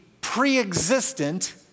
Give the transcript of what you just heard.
pre-existent